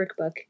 workbook